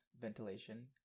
ventilation